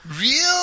Real